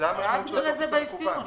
זו המשמעות של הטופס המקוון.